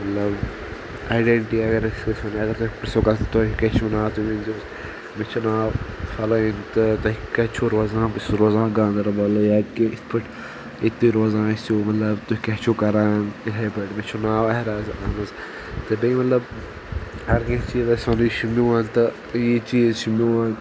مطلب آیڈینٹٹی اگر آسہِ ونُن مطلب اگر تۄہہِ پرژھو کانٛہہ تہِ تۄہہِ کیٛاہ چھُو ناو تُہۍ ؤنۍ زیوس مےٚ چُھ ناو فلٲنۍ تہٕ تُہۍ کتہِ چھِو روزان بہٕ چھُس روزان گاندربلہٕ یا یِتھ پٲٹھۍ ییٚتہِ تُہۍ روزان ٲسِو مطلب تُہۍ کیاہ چھِو کران یِتھے پٲٹھۍ مےٚ چھُ ناو اہراز احمد تہٕ بیٚیہِ مطلب اگر کانٛہہ چیٖز آسہِ وَنُن یہِ چھُ میون تہِ یہِ چیٖز چھُ میون